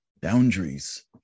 boundaries